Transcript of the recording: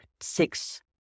six